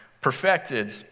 perfected